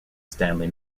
stanley